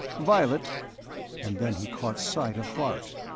violet and then he caught sight of bart.